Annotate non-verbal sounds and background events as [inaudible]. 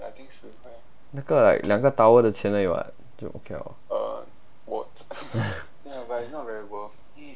那个 like 两个 tower 的钱而已 [what] [noise] [laughs]